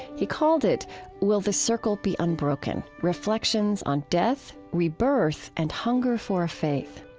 he called it will the circle be unbroken? reflections on death, rebirth, and hunger for a faith.